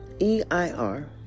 EIR